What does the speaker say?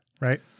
right